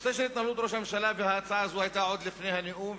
הנושא של התנהלות ראש הממשלה וההצעה הזאת היו עוד לפני הנאום,